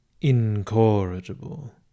incorrigible